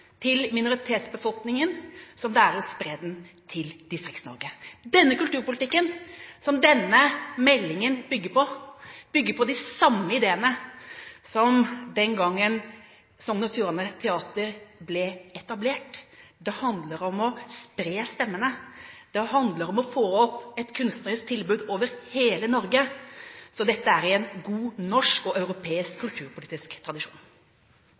til minoritetsbefolkningen som det er å spre den til Distrikts-Norge. Den kulturpolitikken som denne meldingen bygger på, bygger på de samme ideene som man hadde den gangen Sogn og Fjordane Teater ble etablert. Det handler om å spre stemmene, det handler om å få til et kunstnerisk tilbud over hele Norge. Så dette er i god norsk og europeisk kulturpolitisk tradisjon.